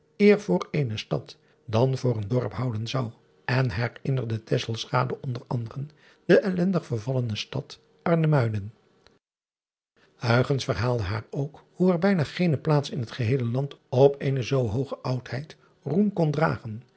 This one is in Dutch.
eer voor eene stad dan voor een dorp houden zou en herinnerde driaan oosjes zn et leven van illegonda uisman onder anderen de ellendig vervallene stad rnemuiden verhaalde haar ook hoe er bijna geene plaats in het geheele land op eene zoo hooge oudheid roem kon dragen